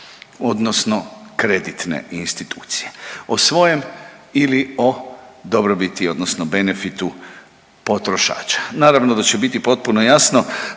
odnosno kreditne institucije, o svojem ili o dobrobiti odnosno benefitu potrošača? Naravno da će biti potpuno jasno